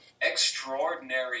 Extraordinary